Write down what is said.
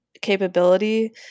capability